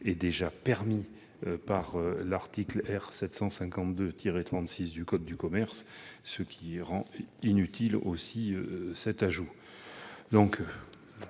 est déjà permise par l'article R.752-36 du code de commerce, ce qui rend inutile cet ajout.